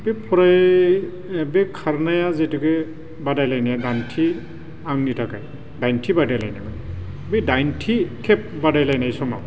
बे प्राय बे खारनाया जिहेथुके बादायलायनाया दाइनथि आंनि थाखाय दाइनथि बादायलायनायमोन बे दाइनथि खेब बादायलायनाय समाव